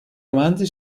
romanzi